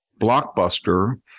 blockbuster